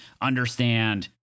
understand